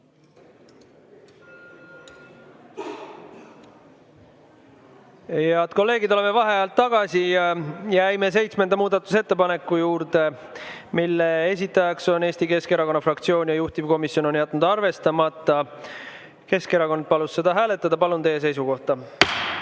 Head kolleegid, oleme vaheajalt tagasi. Jäime seitsmenda muudatusettepaneku juurde, mille esitaja on Eesti Keskerakonna fraktsioon ja mille juhtivkomisjon on jätnud arvestamata. Keskerakond palus seda hääletada. Palun teie seisukohta!